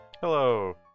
Hello